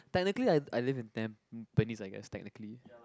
technically I I live in Tampines I guess technically